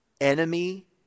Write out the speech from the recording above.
enemy